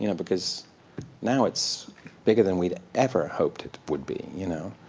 you know because now it's bigger than we'd ever hoped it would be. you know